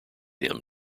him